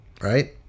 right